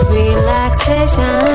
relaxation